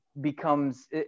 becomes